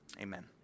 amen